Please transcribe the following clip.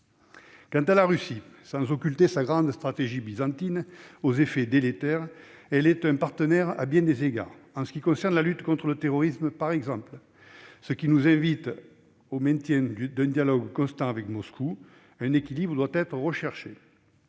Quant à la Russie, dont nous n'occultons pas la grande « stratégie byzantine » aux effets délétères, elle est un partenaire à bien des égards- je pense, par exemple, à la lutte contre le terrorisme -, ce qui nous invite au maintien d'un dialogue constant avec Moscou. Un équilibre doit être recherché.